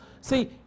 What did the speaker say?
See